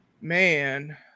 man